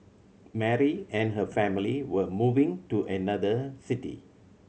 Mary and her family were moving to another city